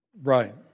Right